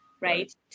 right